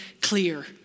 clear